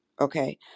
okay